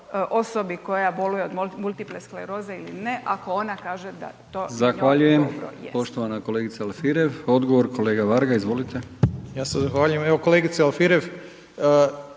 osobi koja boluje od multipleskleroze ili ne ako ona kaže da to njoj dobro jest.